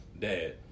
dad